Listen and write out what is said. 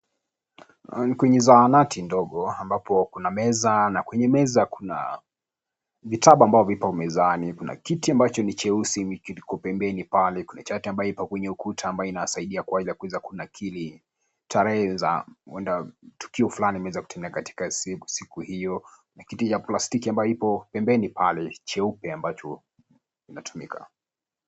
Ni kwenye zahanati ndogo, ambapo kuna meza, na kwenye meza kuna vitabu ambavyo vipo mezani. Kuna kiti ambacho ni cheusi kiko pembeni pale. Kuna chati ambayo imewekwa kwenye kuta ambayo inasaidia kuweza kunakili tarehe za huenda tukio fulani imeweza kutukia katika siku hiyo. Na kiti cha plastiki abacho kiko pembeni pale cheupe ambacho kinatumika.